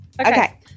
Okay